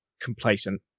complacent